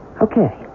Okay